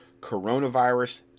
coronavirus